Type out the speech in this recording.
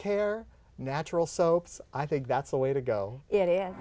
care natural so i think that's the way to go it is